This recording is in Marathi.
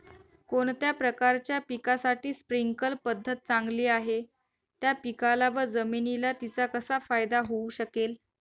कोणत्या प्रकारच्या पिकासाठी स्प्रिंकल पद्धत चांगली आहे? त्या पिकाला व जमिनीला तिचा कसा फायदा होऊ शकेल?